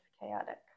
Chaotic